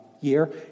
Year